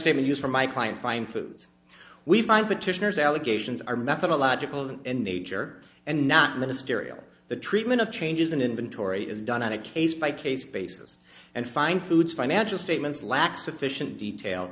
statements from my client find foods we find petitioners allegations are methodological in nature and not ministerial the treatment of changes in inventory is done on a case by case basis and find food financial statements lacked sufficient detail